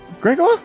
Gregor